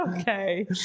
Okay